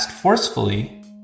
forcefully